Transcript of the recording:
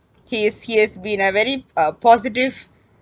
he is he has been a very uh positive